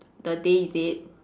the day is it